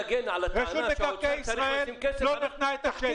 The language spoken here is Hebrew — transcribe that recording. רשות מקרקעי ישראל לא נתנה את השטח,